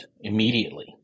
immediately